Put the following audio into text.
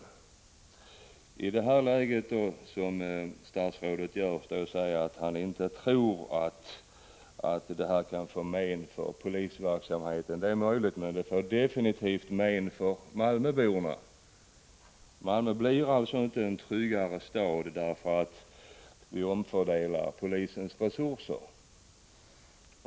Det är i det här läget som statsrådet står och säger att han inte tror att detta kan bli till men för polisverksamheten. Det är möjligt, men det blir absolut till men för malmöborna. Malmö blir alltså inte en tryggare stad därför att vi omfördelar polisens resurser.